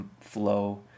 flow